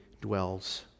dwells